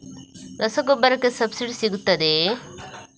ರಸಗೊಬ್ಬರಕ್ಕೆ ಸಬ್ಸಿಡಿ ಸಿಗುತ್ತದೆಯೇ?